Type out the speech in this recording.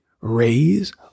raise